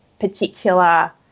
particular